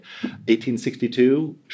1862